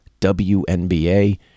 WNBA